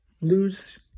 lose